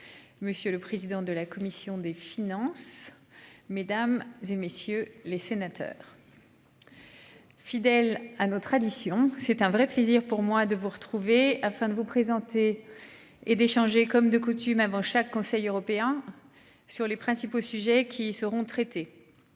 Monsieur le président de la commission des finances. Mesdames, et messieurs les sénateurs.-- Fidèle à nos traditions. C'est un vrai plaisir pour moi de vous retrouver afin de vous présenter. Et d'échanger. Comme de coutume avant chaque conseil européen. Sur les principaux sujets qui seront traités.